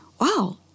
wow